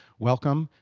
welcome,